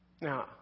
Now